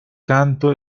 canto